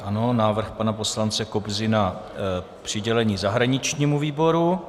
Ano, návrh pana poslance Kobzy na přidělení zahraničnímu výboru.